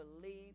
Believe